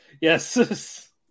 Yes